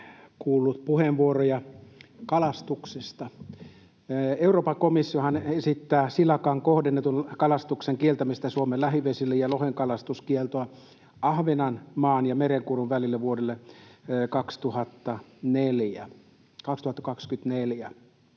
kuullut puheenvuoroja kalastuksesta. Euroopan komissiohan esittää silakan kohdennetun kalastuksen kieltämistä Suomen lähivesille ja lohen kalastuskieltoa Ahvenanmaan ja Merenkurkun välille vuodelle 2024.